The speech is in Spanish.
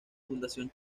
fundación